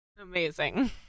amazing